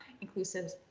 inclusive